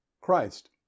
Christ